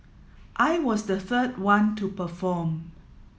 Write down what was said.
I was the third one to perform